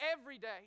everyday